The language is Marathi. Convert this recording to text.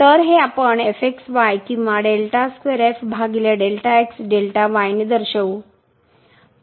तर हे आपण किंवा ने दर्शवू